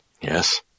Yes